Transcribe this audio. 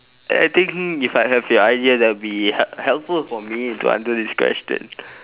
I think if I have your ideas that would be help helpful for me to answer this question